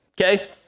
okay